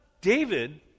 David